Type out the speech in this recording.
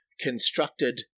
constructed